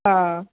ஆ